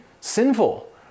sinful